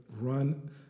run